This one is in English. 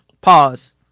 pause